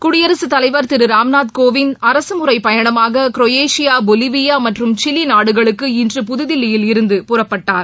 குடியரசுத் தலைவர் திரு ராம்நாத் கோவிந்த் அரசு முறைப்பயணமாக குரேஷியா பொலிலியா மற்றும் சிலி நாடுகளுக்கு இன்று புதுதில்லியில் இருந்து புறப்பட்டார்